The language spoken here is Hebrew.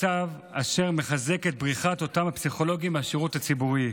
מצב אשר מחזק את בריחת אותם הפסיכולוגים מהשירות הציבורי.